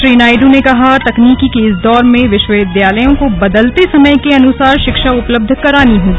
श्री नायडू ने कहा तकनीकि के इस दौर में वि वविद्यालयों को बदलते समय के अनुसार िंगक्षा उपलब्ध करानी होगी